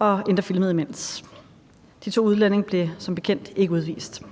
de endda filmede det, og de to udlændinge blev som bekendt ikke udvist.